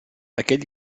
aquell